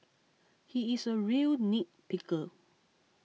he is a real nitpicker